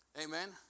amen